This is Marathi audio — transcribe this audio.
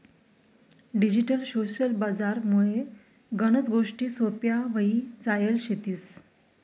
डिजिटल सोशल बजार मुळे गनच गोष्टी सोप्प्या व्हई जायल शेतीस